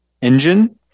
engine